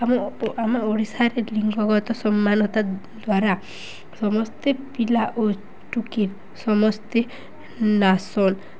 ଆମ ଆମ ଓଡ଼ିଶାରେ ଲିଙ୍ଗଗତ ସମ୍ମାନତା ଦ୍ୱାରା ସମସ୍ତେ ପିଲା ଓ ଟୁକେଲ୍ ସମସ୍ତେ ନାସନ